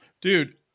dude